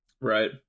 Right